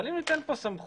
אבל אם ניתן כאן סמכות